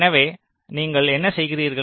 எனவே நீங்கள் என்ன செய்கிறீர்கள்